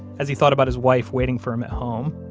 as he thought about his wife waiting for him at home,